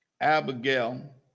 Abigail